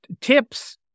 tips